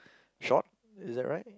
short is that right